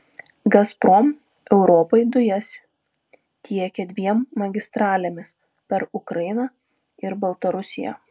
gazprom europai dujas tiekia dviem magistralėmis per ukrainą ir baltarusiją